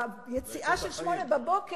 ביציאה של 08:00,